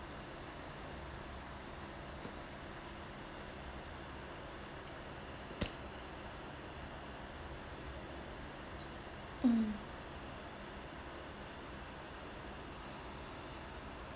um